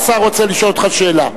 השר רוצה לשאול אותך שאלה.